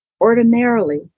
Ordinarily